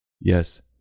Yes